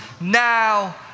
now